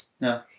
No